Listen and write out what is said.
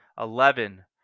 eleven